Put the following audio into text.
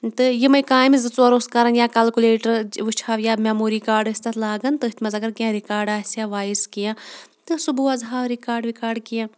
تہٕ یِمے کامہِ زٕ ژور اوس کَرَان یا کلکُلیٹَر وٕچھ ہاو یا میٚموری کارڈ ٲسۍ تَتھ لاگان تٔتھۍ منٛز اگر کینٛہہ رِکاڈ آسہِ یا وایِس کینٛہہ تہٕ سُہ بوزٕ ہاو رِکاڈ وِکاڈ کیٚنٛہہ